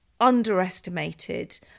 underestimated